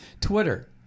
Twitter